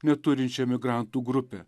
neturinčią migrantų grupę